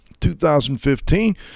2015